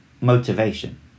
motivation